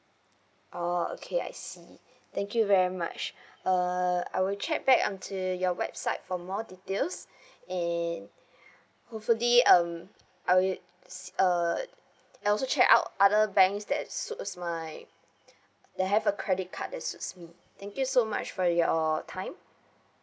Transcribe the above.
oh okay I see thank you very much uh I will check back on to your website for more details and hopefully um I will uh I also check out other banks that suits my they have a credit card is suits me thank you so much for your time